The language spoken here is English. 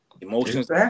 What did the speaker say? emotions